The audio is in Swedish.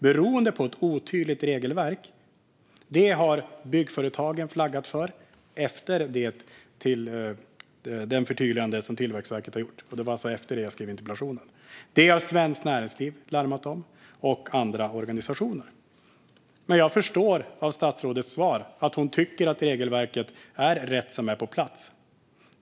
Detta beror på ett otydligt regelverk. Det har Byggföretagen flaggat för efter det förtydligande som Tillväxtverket gjorde; det var efter detta som jag skrev interpellationen. Det har också Svenskt Näringsliv och andra organisationer larmat om. Jag förstår av statsrådets svar att hon tycker att det regelverk som nu är på plats är rätt.